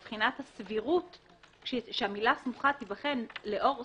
מבחינת הסבירות שהמילה "סמוכה" תיבחן לאור הסבירות,